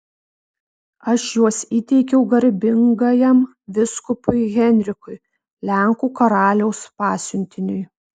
aš juos įteikiau garbingajam vyskupui henrikui lenkų karaliaus pasiuntiniui